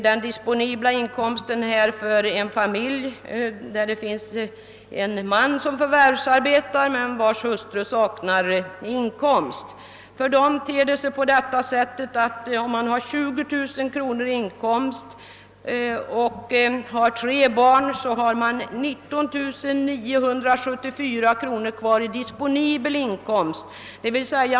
Den disponibla inkomsten för en trebarnsfamilj med en förvärvsarbetande man vars hustru saknar inkomst kommer att uppgå till 19 974 kronor om inkomsten uppgår till 20 000 kronor.